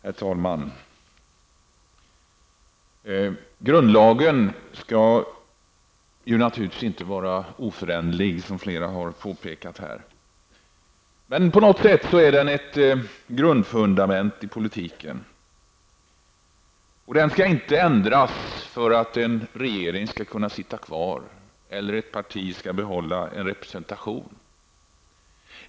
Herr talman! Grundlagen skall naturligtvis inte vara oföränderlig, vilket flera talare här har påpekat. Men på något sätt är den ett fundament i politiken, och den skall inte ändras för att en regering skall kunna sitta kvar eller för att ett parti skall behålla en representation.